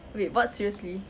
wait what seriously